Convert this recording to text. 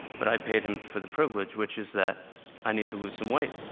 but i paid him for the privilege, which is that i need to lose some weight.